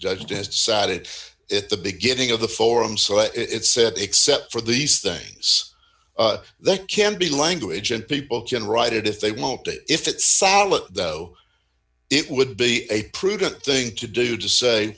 judge just sat it at the beginning of the forum so it's said except for these things that can be language and people can write it if they won't do it if it's solid though it would be a prudent thing to do to say